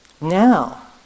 Now